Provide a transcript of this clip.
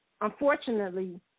unfortunately